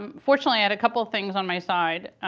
um fortunately, i had a couple of things on my side,